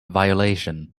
violation